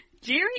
Jerry